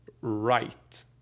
right